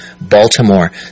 Baltimore